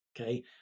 okay